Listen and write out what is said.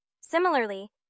similarly